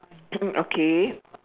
okay